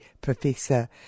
Professor